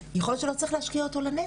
זה דיון נפרד שחובה לקיים אותו,